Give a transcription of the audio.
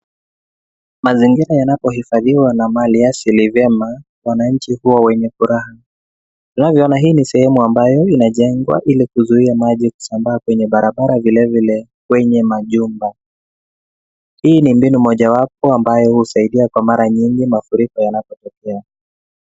Mazingira yanapohifadhiwa na mali asili vyema, wananchi huwa wenye furaha. Unavyoona hii ni sehemu ambayo inajengwa ili kuzuia maji kusambaa kwenye barabara vile vile kwenye majumba. Hii ni mbinu mojawapo ambayo husaidia kwa mara nyingi mafuriko yanapotokea.